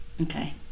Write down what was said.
Okay